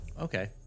okay